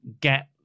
get